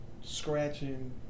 scratching